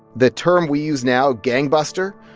the term we use now, gangbuster,